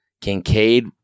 Kincaid